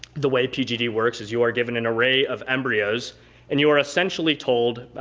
the way pgd works is you are given an array of embryos and you are essentially told,